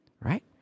right